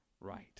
right